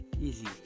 Easy